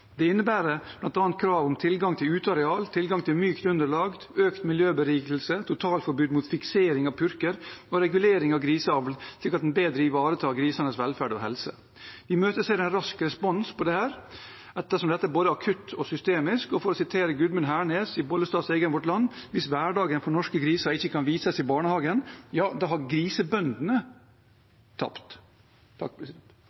Det innebærer bl.a. krav om tilgang til uteareal, tilgang til mykt underlag, økt miljøberikelse, totalforbud mot fiksering av purker og regulering av griseavl, slik at en bedre ivaretar grisenes velferd og helse. Vi imøteser en rask respons på dette, ettersom dette er både akutt og systemisk. For å sitere Gudmund Hernes i Bollestads egen avis, Vårt Land: «Hvis hverdagen for norske griser ikke kan vises i barnehagen, har grisebøndene tapt.» Det har